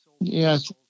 Yes